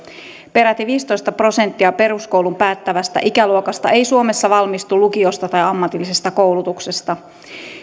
peräti viisitoista prosenttia peruskoulun päättävästä ikäluokasta ei suomessa valmistu lukiosta tai ammatillisesta koulutuksesta